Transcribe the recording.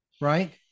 right